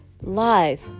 Live